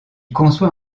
conçoit